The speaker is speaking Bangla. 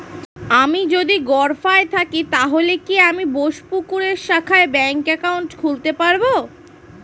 আমি যদি গরফায়ে থাকি তাহলে কি আমি বোসপুকুরের শাখায় ব্যঙ্ক একাউন্ট খুলতে পারবো?